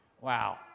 Wow